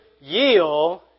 yield